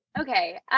Okay